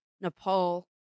Nepal